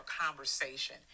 conversation